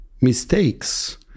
mistakes